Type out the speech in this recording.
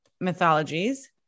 mythologies